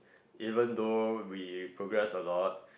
even though we progress a lot